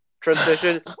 transition